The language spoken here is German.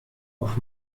auf